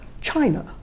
China